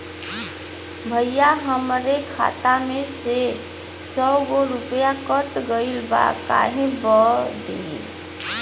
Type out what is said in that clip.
भईया हमरे खाता में से सौ गो रूपया कट गईल बा काहे बदे?